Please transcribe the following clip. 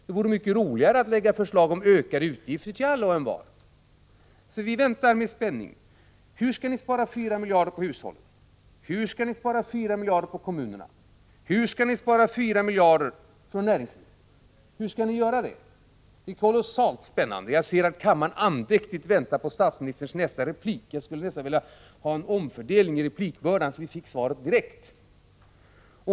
Det vore mycket roligare att lägga fram förslag om ökade utgifter från staten till alla och envar. Vi väntar med spänning: Hur skall ni spara 4 miljarder på hushållen? Hur skall ni spara 4 miljarder på kommunerna? Hur skall ni spara 4 miljarder på näringslivet? Hur skall ni göra detta? Det skall bli kolossalt spännande att få reda på det. Jag ser att kammaren andäktigt väntar på statsministerns nästa replik. Jag skulle nästan vilja ha en omfördelning av replikordningen, så att vi fick svaret direkt.